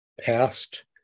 past